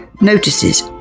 Notices